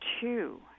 two